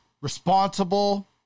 Responsible